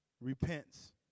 repents